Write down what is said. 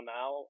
now